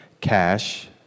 cash